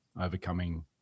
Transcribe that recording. overcoming